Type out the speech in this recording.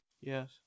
Yes